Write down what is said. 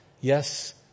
Yes